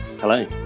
Hello